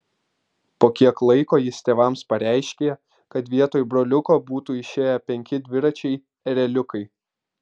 po kiek laiko jis tėvams pareiškė kad vietoj broliuko būtų išėję penki dviračiai ereliukai